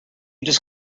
just